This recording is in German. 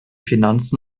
finanzen